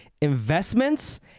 investments